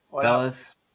Fellas